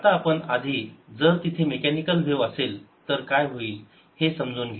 आता आपण आधी जर तिथे मेकॅनिकल व्हेव असेल तर काय होईल हे समजून घेऊ